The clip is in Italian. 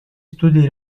studi